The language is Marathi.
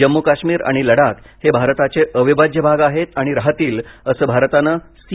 जम्मू काश्मीर आणि लडाख हे भारताचे अविभाज्य भाग आहेत आणि राहतील असे भारताने सी